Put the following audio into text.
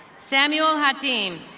samuel hateem.